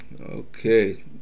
Okay